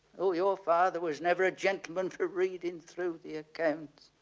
oh your father was never a gentleman for reading through the accounts.